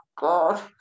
god